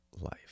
life